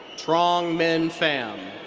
truong minh pham.